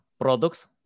products